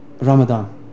Ramadan